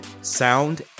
sound